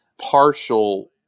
partial